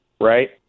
right